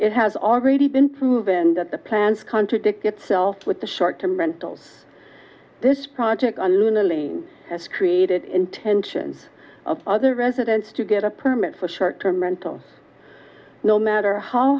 it has already been proven that the plans contradict itself with the short term rentals this project on moon aling has created intentions of other residents to get a permit for short term rental no matter how